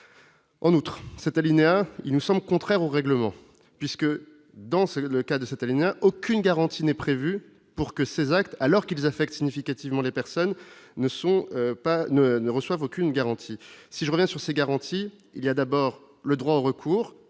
En outre, cet alinéa, il nous sommes contraires au règlement puisque dans c'est le cas de cette année n'a aucune garantie n'est prévu pour que ces actes alors qu'ils affectent significativement les personnes ne sont pas ne ne reçoivent aucune garantie si je sur ces garanties, il y a d'abord le droit au recours